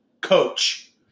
coach